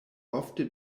ofte